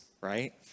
right